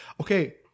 okay